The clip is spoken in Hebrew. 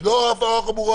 לא הפרה חמורה